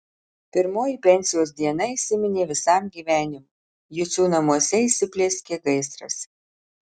pirmoji pensijos diena įsiminė visam gyvenimui jucių namuose įsiplieskė gaisras